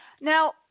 now